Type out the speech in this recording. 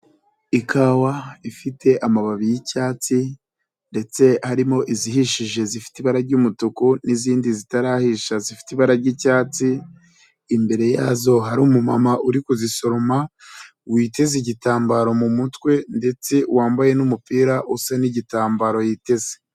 Ikawa ifite amababi y'icyatsi ndetse harimo izihishije zifite ibara ry'umutuku n'izindi zitarahisha zifite ibara ry'icyatsi, imbere yazo hari umumama uri kuzisoroma witeze igitambaro mu mutwe ndetse wambaye n'umupira usa n'igitambaro yiteze.